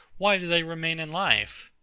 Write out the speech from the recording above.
why do they remain in life.